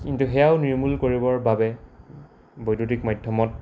কিন্তু সেয়াও নিৰ্মূল কৰিবৰ বাবে বৈদ্যুতিক মাধ্যমত